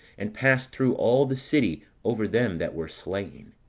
and passed through all the city over them that were slain.